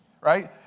right